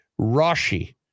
Rashi